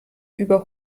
über